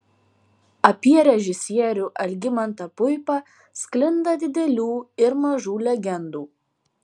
apie režisierių algimantą puipą sklinda didelių ir mažų legendų